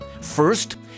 First